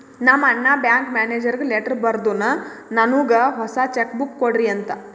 ನಮ್ ಅಣ್ಣಾ ಬ್ಯಾಂಕ್ ಮ್ಯಾನೇಜರ್ಗ ಲೆಟರ್ ಬರ್ದುನ್ ನನ್ನುಗ್ ಹೊಸಾ ಚೆಕ್ ಬುಕ್ ಕೊಡ್ರಿ ಅಂತ್